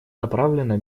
направлена